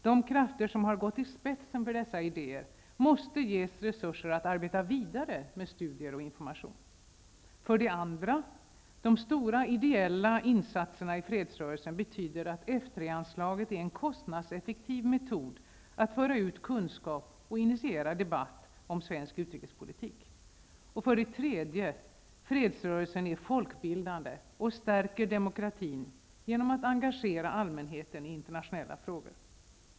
De krafter som har gått i spetsen för dessa idéer måste ges resurser att arbeta vidare med studier och information. För det andra betyder de stora ideella insatserna i fredsrörelsen att F 3-anslaget är en kostnadseffektiv metod att föra ut kunskap och initiera debatt om svensk utrikespolitik. För det tredje är fredsrörelsen folkbildande och stärker demokratin gneom att engagera allmänheten i internationella frågor.